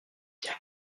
bien